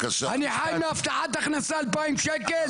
אני חי מהבטחת הכנסה 2,000 שקל,